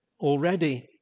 already